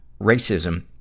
racism